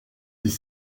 des